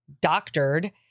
doctored